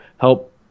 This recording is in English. help